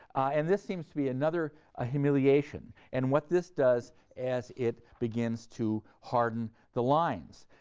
and this seems to be another ah humiliation, and what this does as it begins to harden the lines.